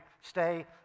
stay